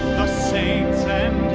saints' and